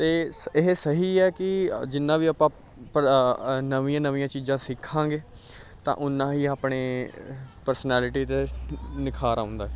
ਅਤੇ ਇਹ ਸਹੀ ਹੈ ਕਿ ਜਿੰਨਾ ਵੀ ਆਪਾਂ ਪ ਅ ਨਵੀਆਂ ਨਵੀਆਂ ਚੀਜ਼ਾਂ ਸਿੱਖਾਂਗੇ ਤਾਂ ਉੱਨਾ ਹੀ ਆਪਣੇ ਪਰਸਨੈਲਿਟੀ ਦੇ ਨਿਖਾਰ ਆਉਂਦਾ